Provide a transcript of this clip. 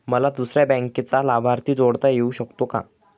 मला दुसऱ्या बँकेचा लाभार्थी जोडता येऊ शकतो का?